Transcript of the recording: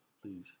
Please